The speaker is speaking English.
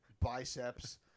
biceps